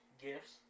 Gifts